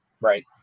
Right